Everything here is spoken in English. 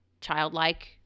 childlike